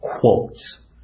quotes